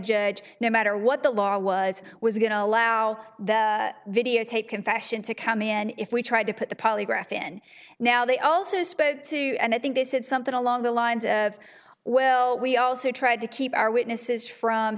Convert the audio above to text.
judge no matter what the law was was going to allow the videotape confession to come in if we tried to put the polygraph in now they also spoke to and i think they said something along the lines of well we also tried to keep our witnesses from